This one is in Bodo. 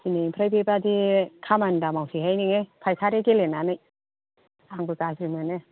दिनैनिफ्राय बेबायदि खामानि दामावसैहाय नोङो फायखारि गेलेनानै आंबो गाज्रि मोनो